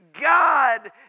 God